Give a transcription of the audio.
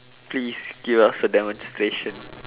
please give us a demonstration